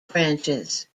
branches